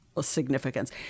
significance